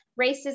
racism